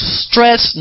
stress